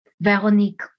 Veronique